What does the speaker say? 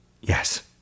Yes